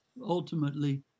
ultimately